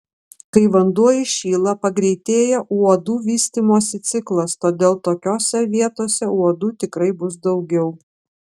kai vanduo įšyla pagreitėja uodų vystymosi ciklas todėl tokiose vietose uodų tikrai bus daugiau